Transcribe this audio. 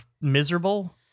miserable